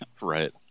Right